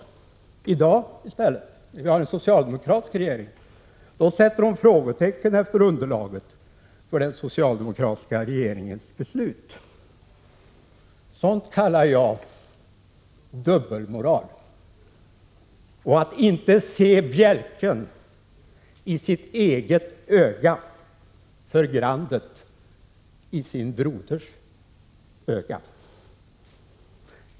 Men i dag — när vi i stället har en socialdemokratisk regering - ifrågasätter hon underlaget för den socialdemokratiska regeringens beslut. Sådant kallar jag dubbelmoral och att inte se bjälken i sitt eget öga för grandet i sin broders.